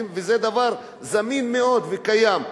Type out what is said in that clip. וזה דבר זמין מאוד וקיים,